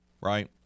right